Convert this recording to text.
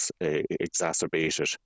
exacerbated